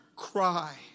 Cry